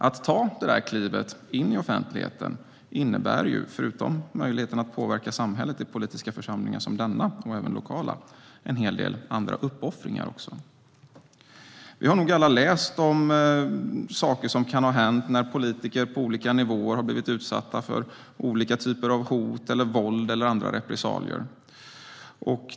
Att ta detta kliv in i offentligheten innebär, förutom möjligheten att påverka samhället i politiska församlingar som denna och även lokala, en hel del uppoffringar. Vi har nog alla läst om saker som har hänt och hur politiker på olika nivåer har blivit utsatta för olika typer av hot, våld eller andra repressalier.